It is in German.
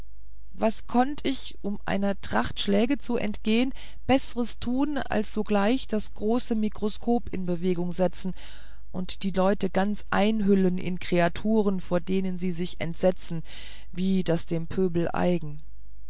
was konnt ich um einer tracht schläge zu entgehen besseres tun als sogleich das große mikroskop in bewegung setzen und die leute ganz einhüllen in kreaturen vor denen sie sich entsetzten wie das dem pöbel eigen